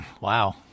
Wow